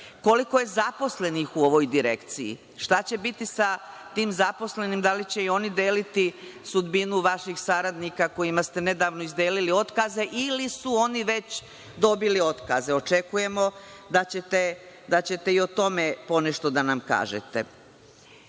njih. Koliko je zaposlenih u ovoj direkciji? Šta će biti sa tim zaposlenima? Da li će i oni deliti sudbinu vaših saradnika kojima ste nedavano izdelili otkaze ili su oni već dobili otkaze? Očekujemo da ćete i o tome ponešto da nam